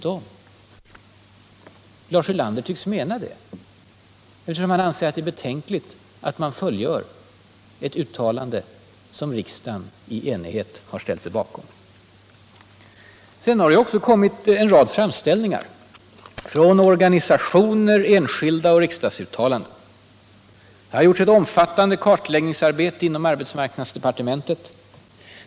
Lars Ulander tycks mena det, eftersom han anser att det är betänkligt att man följer upp ett uttalande som riksdagen under enighet ställt sig bakom. Det har vidare gjorts en rad framställningar från organisationer och enskilda och även en del riksdagsuttalanden. Man har gjort ett omfattande kartläggningsarbete inom arbetsmarknadsdepartementet.